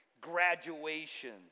graduations